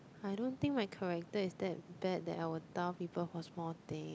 I don't think my character is that bad that I would tell people for small thing